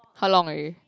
how long already